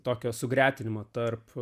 tokio sugretinimo tarp